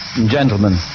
gentlemen